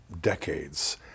decades